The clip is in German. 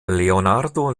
leonardo